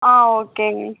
ஆ ஓகேங்க